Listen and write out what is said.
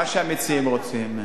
מה שהמציעים רוצים.